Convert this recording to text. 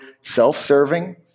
self-serving